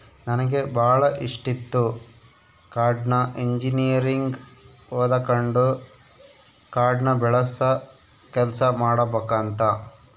ನನಗೆ ಬಾಳ ಇಷ್ಟಿತ್ತು ಕಾಡ್ನ ಇಂಜಿನಿಯರಿಂಗ್ ಓದಕಂಡು ಕಾಡ್ನ ಬೆಳಸ ಕೆಲ್ಸ ಮಾಡಬಕಂತ